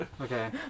Okay